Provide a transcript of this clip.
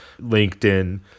LinkedIn